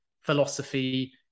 philosophy